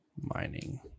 mining